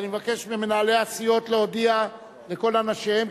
אני מבקש ממנהלי הסיעות להודיע לכל אנשיהם,